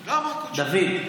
דוד,